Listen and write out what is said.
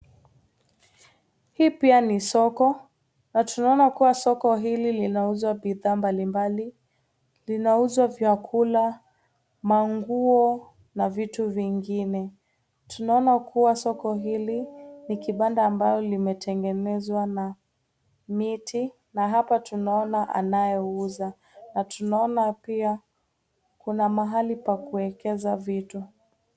Hii pia ni soko na tunaona kuwa soko hili linauza bidhaa mbalimbali, linauza vyakula, manguo na vitu vingine. Tunaona kuwa soko hili ni kibanda ambao limetengenezwa na miti na hapa tunaona anayeuza na tunaona pia kuna mahali pa kuegeza vitu.